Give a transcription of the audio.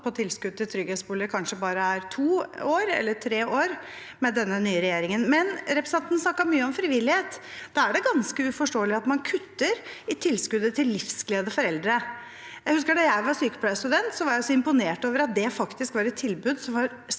av tilskudd til trygghetsboliger kanskje bare er to eller tre år med denne nye regjeringen. Representanten snakket mye om frivillighet. Da er det ganske uforståelig at man kutter i tilskuddet til Livsglede for Eldre. Jeg husker at da jeg var sykepleierstudent, var jeg så imponert over at det faktisk var et tilbud som var